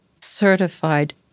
certified